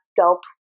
dealt